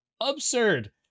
absurd